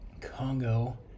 Congo